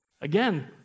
Again